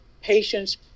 patients